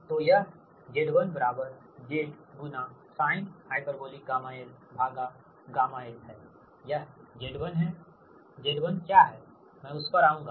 तो यह Z1 Z sinh γ lγ l हैं यह Z1 है Z1 क्या है मैं उस पर आऊंगा